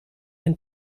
den